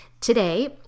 today